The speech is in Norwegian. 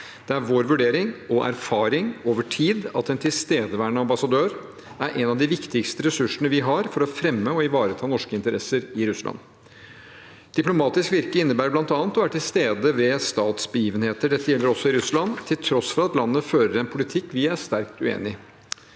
Det er vår vurdering og erfaring over tid at en tilstedeværende ambassadør er en av de viktigste ressursene vi har for å fremme og ivareta norske interesser i Russland. Diplomatisk virke innebærer bl.a. å være til stede ved statsbegivenheter. Dette gjelder også i Russland, til tross for at landet fører en politikk vi er sterkt uenig